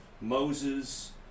Moses